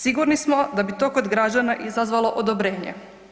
Sigurni smo da bi to kod građana izazvalo odobrenje.